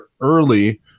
early